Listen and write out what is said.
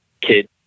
kid